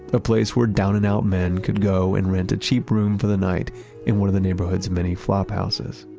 a place where down-and-out men could go and rent a cheap room for the night in one of the neighborhood's many flophouses.